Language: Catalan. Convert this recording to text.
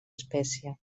espècie